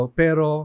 pero